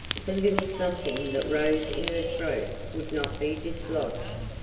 the little something that rose in her throat would not be dislodged,